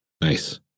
Nice